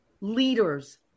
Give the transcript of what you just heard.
leaders